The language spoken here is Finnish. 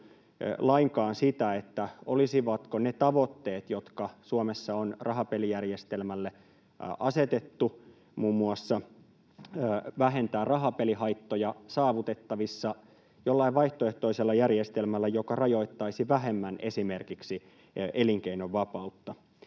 lainkaan sitä, olisivatko ne tavoitteet, jotka Suomessa on rahapelijärjestelmälle asetettu — muun muassa vähentää rahapelihaittoja — saavutettavissa jollain vaihtoehtoisella järjestelmällä, joka rajoittaisi vähemmän esimerkiksi elinkeinovapautta.